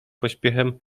pośpiechem